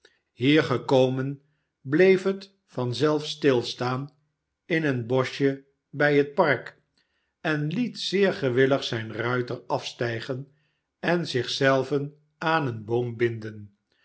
hier gekomen bleef het van zelf stilstaan in een boschje bij het park en liet zeer gewillig zijn ruiter afstijgen en zich zelven aan een boom binden